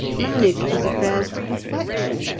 managed his affairs to perfection,